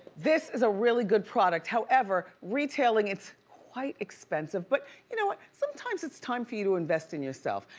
this is a really good product. however, retailing it's quite expensive. but, you know what? sometimes it's time for you to invest in yourself.